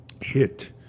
hit